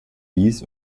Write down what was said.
wies